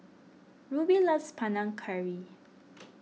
Rubie loves Panang Curry